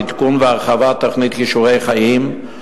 עדכון והרחבה: תוכנית "כישורי חיים",